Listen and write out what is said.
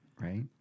Right